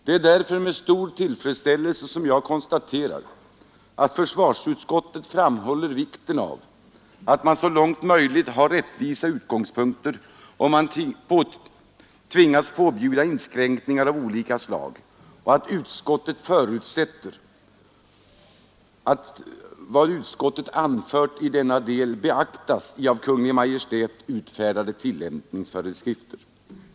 Det är därför med stor tillfredsställelse som jag konstaterar att försvarsutskottet framhåller vikten av att man så långt möjligt har rättvisa utgångspunkter om man tvingas påbjuda inskränkningar av olika slag och att utskottet förutsätter att vad utskottet anfört i denna del beaktas i av Kungl. Maj:t utfärdade tillämpningsföreskrifter.